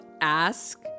ask